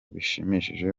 bishimishije